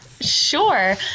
sure